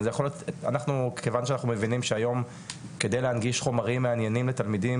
אנחנו כיוון שאנחנו מבינים שהיום כדי להנגיש חומרים מעניינים לתלמידים,